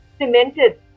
cemented